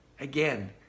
Again